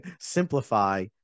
simplify